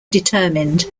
determined